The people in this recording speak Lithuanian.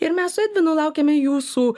ir mes su edvinu laukiame jūsų